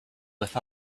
with